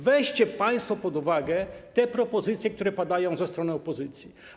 Weźcie państwo pod uwagę te propozycje, które padają ze strony opozycji.